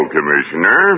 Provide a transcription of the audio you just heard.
Commissioner